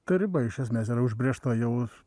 ta riba iš esmės yra užbrėžta jau